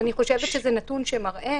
זה נתון שמראה